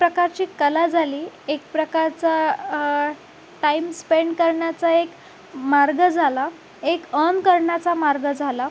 प्रकारची कला झाली एक प्रकारचा टाईम स्पेंड करण्याचा एक मार्ग झाला एक अर्न करण्याचा मार्ग झाला